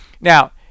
Now